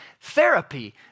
Therapy